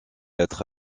être